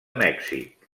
mèxic